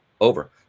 over